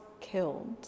killed